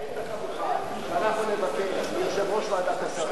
האם אתה מוכן שאנחנו נבקש מיושב-ראש ועדת השרים,